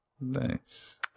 Nice